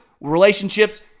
relationships